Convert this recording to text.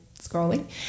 scrolling